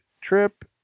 trip